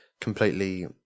completely